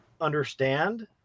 understand